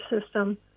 system